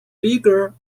bigger